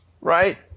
right